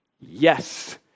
Yes